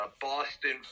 Boston